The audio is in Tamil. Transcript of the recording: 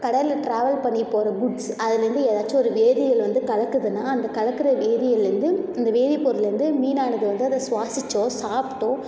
கடல்ல ட்ராவல் பண்ணிகிட்டுப் போகிற குட்ஸ் அதிலேர்ந்து ஏதாச்சும் ஒரு வேதியியல் வந்து கலக்குதுன்னால் அந்த கலக்கிற வேதியியல்லேருந்து அந்த வேதிப்பொருள்லேருந்து மீனானது வந்து அதை ஸ்வாசிச்சோ சாப்பிட்டோ